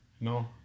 No